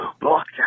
blocked